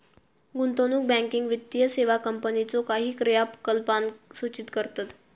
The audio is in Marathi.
गुंतवणूक बँकिंग वित्तीय सेवा कंपनीच्यो काही क्रियाकलापांक सूचित करतत